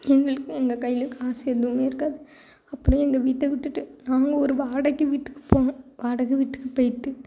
எங்களுக்கும் எங்கள் கைலேயும் காசு எதுவும் இருக்காது அப்படியே இந்த வீட்டை விட்டுட்டு நாங்களும் ஒரு வாடகை வீட்டுக்கு போனோம் வாடகை வீட்டுக்கு போய்ட்டு